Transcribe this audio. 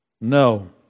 No